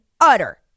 utter